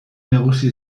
nagusi